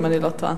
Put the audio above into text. אם אני לא טועה,